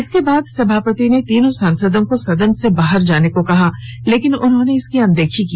इसके बाद सभापति ने तीनों सांसदों को सदन से बाहर जाने को कहा लेकिन उन्होंने इसकी अनदेखी की